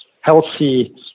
healthy